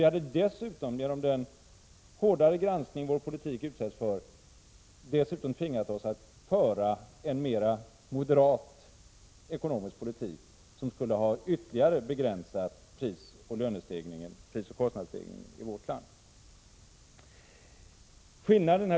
Vi hade dessutom, genom den hårda granskning vår politik utsätts för, tvingats föra en mera moderat ekonomisk politik, som ytterligare skulle ha begränsat prisoch kostnadsstegringen i vårt land. Herr talman!